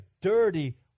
dirty